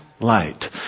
light